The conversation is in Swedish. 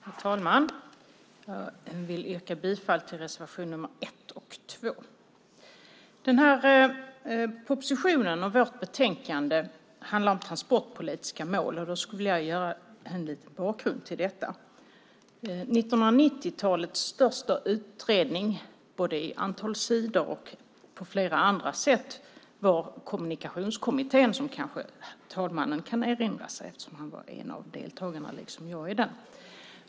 Herr talman! Jag vill yrka bifall till reservation nr 1 och nr 2. Den här propositionen och vårt betänkande handlar om transportpolitiska mål, och jag skulle vilja ge en liten bakgrund till detta. 1990-talets största utredning, både i antal sidor och på flera andra sätt, var Kommunikationskommittén, som kanske talmannen kan erinra sig eftersom han var en av deltagarna, liksom jag, i den.